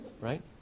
Right